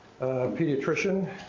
pediatrician